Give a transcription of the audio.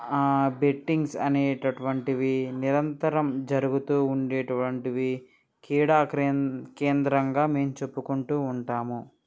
bettings అనేటటువంటివి నిరంతరం జరుగుతు ఉండేటువంటి కీడా కేంద్ర కేంద్రంగా మేము చెప్పుకుంటు ఉంటాము